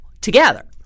together